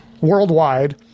worldwide